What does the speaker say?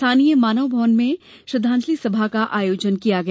स्थानीय मानव भवन में श्रद्वांजलि सभा का आयोजन किया गया